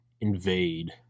invade